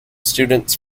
students